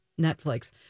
Netflix